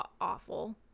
awful